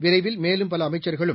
விரைவில் மேலும் பலஅமைச்சர்களும்